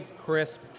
crisp